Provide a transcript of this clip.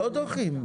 לא דוחים.